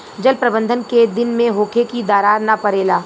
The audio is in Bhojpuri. जल प्रबंधन केय दिन में होखे कि दरार न परेला?